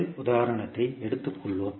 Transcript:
முதல் உதாரணத்தை எடுத்துக் கொள்வோம்